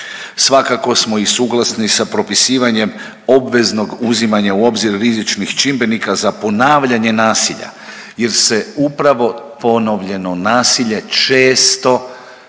Svakako smo i suglasni sa propisivanjem obveznog uzimanja u obzir rizičnih čimbenika za ponavljanje nasilja jer se upravo ponovljeno nasilje često